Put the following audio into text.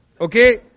Okay